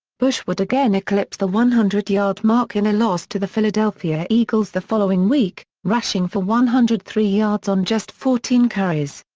bush would again eclipse the one hundred yard mark in a loss to the philadelphia eagles the following week, rushing for one hundred and three yards on just fourteen carries.